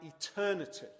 eternity